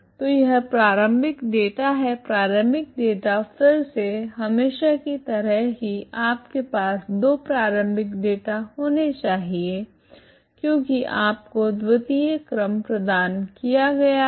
तो यह प्रारंभिक डेटा है प्रारंभिक डेटा फिर से हमेशा की तरह ही आपके पास दो प्रारंभिक डेटा होने चाहिए क्योकि आपको द्वतीय क्रम प्रदान किया गया है